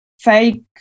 fake